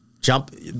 jump